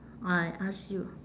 I ask you